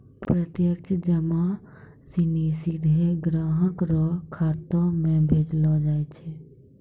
प्रत्यक्ष जमा सिनी सीधे ग्राहक रो खातो म भेजलो जाय छै